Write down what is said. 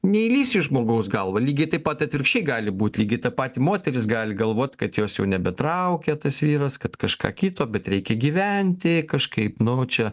neįlįsi į žmogaus galvą lygiai taip pat atvirkščiai gali būt lygiai tą patį moteris gali galvot kad jos jau nebetraukia tas vyras kad kažką kito bet reikia gyventi kažkaip nu va čia